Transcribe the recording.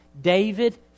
David